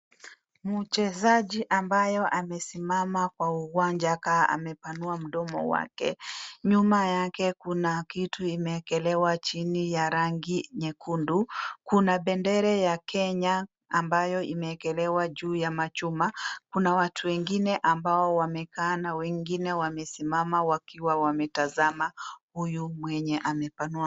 Mchezaji ambaye amesimama kwa uwanja kaa amepanua mdomo wake. Nyuma yake kuna kitu imewekelewa chini ya rangi nyekundu. Kuna pendera ya Kenya ambayo imewekelewa juu ya machuma. Kuna watu wengine ambao wamekaa na wengine wamesimama wakiwa wametazama huyu mwenye amepanua mdomo.